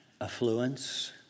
affluence